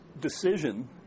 decision